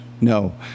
no